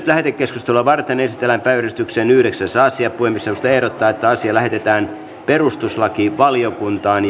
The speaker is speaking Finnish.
lähetekeskustelua varten esitellään päiväjärjestyksen yhdeksäs asia puhemiesneuvosto ehdottaa että asia lähetetään perustuslakivaliokuntaan